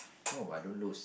no but I don't lose